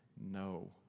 No